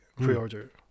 pre-order